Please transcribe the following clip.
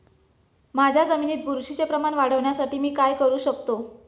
माझ्या जमिनीत बुरशीचे प्रमाण वाढवण्यासाठी मी काय करू शकतो?